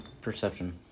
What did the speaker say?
perception